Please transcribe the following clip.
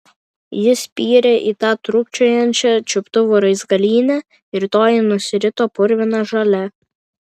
ji spyrė į tą trūkčiojančią čiuptuvų raizgalynę ir toji nusirito purvina žole